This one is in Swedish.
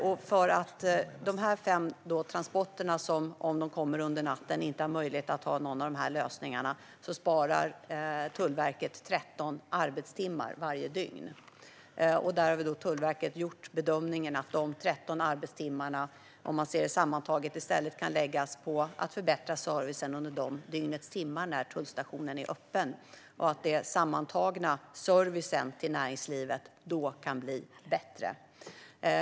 Eftersom dessa fem transporter som kommer under natten inte har möjlighet att ta del av någon av dessa lösningar sparar Tullverket 13 arbetstimmar varje dygn. Tullverket har gjort bedömningen att de 13 arbetstimmarna i stället kan läggas på att förbättra servicen under de av dygnets timmar när tullstationen är öppen. Den sammantagna servicen till näringslivet kan då bli bättre.